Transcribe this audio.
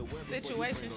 situation